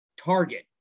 target